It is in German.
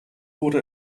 wurde